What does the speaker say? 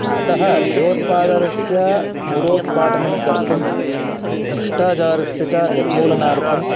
अतः भयोत्पादनस्य मूलोत्पादनं कर्तुं भ्रष्टाचारस्य च निर्मूलनार्थम्